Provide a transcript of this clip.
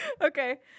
Okay